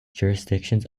jurisdictions